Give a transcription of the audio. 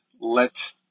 let